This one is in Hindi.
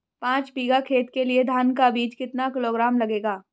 पाँच बीघा खेत के लिये धान का बीज कितना किलोग्राम लगेगा?